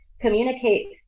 communicate